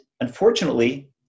unfortunately